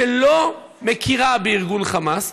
שלא מכירה בארגון חמאס,